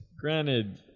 Granted